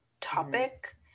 topic